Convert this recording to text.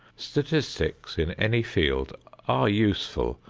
statistics in any field are useful,